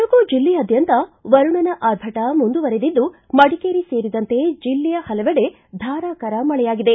ಕೊಡಗು ಜಿಲ್ಲೆಯಾದ್ಯಂತ ವರುಣನ ಆರ್ಭಟ ಮುಂದುವರಿದಿದ್ದು ಮಡಿಕೇರಿ ಸೇರಿದಂತೆ ಜಿಲ್ಲೆಯ ಪಲವೆಡೆ ಧಾರಾಕಾರ ಮಳೆಯಾಗಿದೆ